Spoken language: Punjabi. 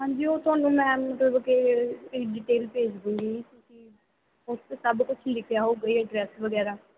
ਹਾਂਜੀ ਉਹ ਤੁਹਾਨੂੰ ਮੈਂ ਮਤਲਬ ਕਿ ਡਿਟੇਲ ਭੇਜ ਦੂਗੀ ਤੁਸੀਂ ਉੱਥੇ ਸਭ ਕੁਛ ਲਿਖਿਆ ਹੋਊਗਾ ਜੀ ਐਡਰੈਸ ਵਗੈਰਾ